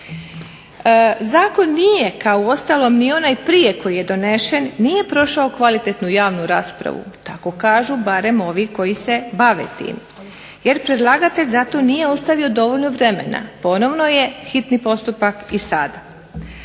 Zakon nije kao uostalom onaj prije koji je donešen nije prošao kvalitetnu javnu raspravu, tako kažu barem ovi koji se bave tim jer predlagatelj za to nije ostavio dovoljno vremena, ponovno je hitni postupak i sada.